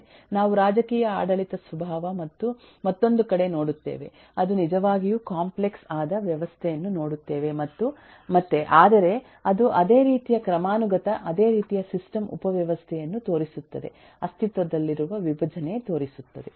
ನಾವು ರಾಜಕೀಯ ಆಡಳಿತ ಸ್ವಭಾವ ಮತ್ತೊಂದು ಕಡೆ ನೋಡುತ್ತೇವೆ ಅದು ನಿಜವಾಗಿಯೂ ಕಾಂಪ್ಲೆಕ್ಸ್ ಆದ ವ್ಯವಸ್ಥೆಯನ್ನು ನೋಡುತ್ತೇವೆ ಮತ್ತೆ ಆದರೆ ಅದು ಅದೇ ರೀತಿಯ ಕ್ರಮಾನುಗತ ಅದೇ ರೀತಿಯ ಸಿಸ್ಟಮ್ ಉಪವ್ಯವಸ್ಥೆಯನ್ನು ತೋರಿಸುತ್ತದೆ ಅಸ್ತಿತ್ವದಲ್ಲಿರುವ ವಿಭಜನೆ ತೋರಿಸುತ್ತದೆ